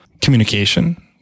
communication